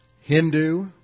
Hindu